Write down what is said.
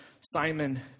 Simon